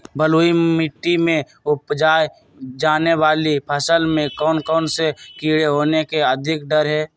बलुई मिट्टी में उपजाय जाने वाली फसल में कौन कौन से कीड़े होने के अधिक डर हैं?